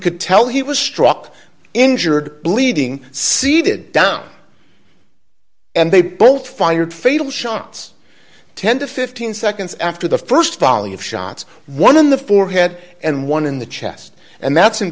could tell he was struck injured bleeding seeded down and they both fired fatal shots ten to fifteen seconds after the st volley of shots one in the forehead and one in the chest and that's in